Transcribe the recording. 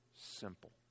simple